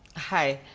hi,